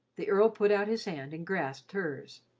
the earl put out his hand and grasped hers.